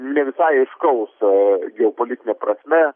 ne visai aiškaus geopolitine prasme